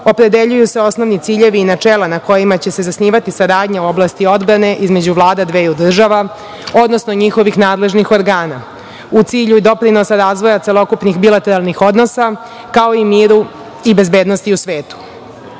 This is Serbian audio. opredeljuju se osnovni ciljevi i načela na kojima će se zasnivati saradnja u oblasti odbrane između Vlada dveju država, odnosno njihovih nadležnih organa u cilju doprinosa razvoja celokupnih bilateralnih odnosa, kao i miru i bezbednosti u